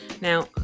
Now